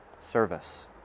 service